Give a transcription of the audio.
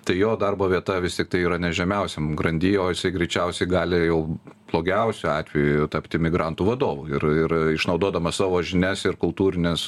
tai jo darbo vieta vis tiktai yra ne žemiausiam grandy o jisai greičiausiai gali jau blogiausiu atveju tapti migrantų vadovu ir ir išnaudodamas savo žinias ir kultūrines